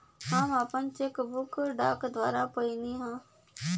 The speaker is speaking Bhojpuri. हम आपन चेक बुक डाक द्वारा पउली है